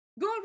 go